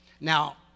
Now